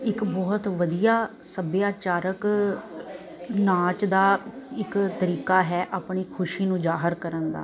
ਇੱਕ ਬਹੁਤ ਵਧੀਆ ਸੱਭਿਆਚਾਰਕ ਨਾਚ ਦਾ ਇੱਕ ਤਰੀਕਾ ਹੈ ਆਪਣੀ ਖੁਸ਼ੀ ਨੂੰ ਜਾਹਿਰ ਕਰਨ ਦਾ